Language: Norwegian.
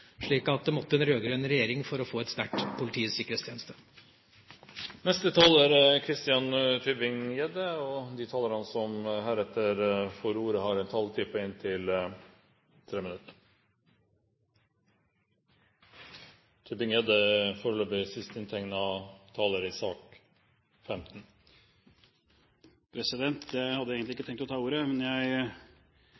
slik at regjeringa siden 2005 har valgt å øke ressursene til PST betydelig – med 58 pst. Så det måtte en rød-grønn regjering til for å få en sterk Politiets sikkerhetstjeneste. Replikkordskiftet er omme. De talere som heretter får ordet, har en taletid på inntil 3 minutter. Jeg hadde egentlig